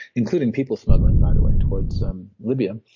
including people smuggling by the way towards um libya.